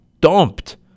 dumped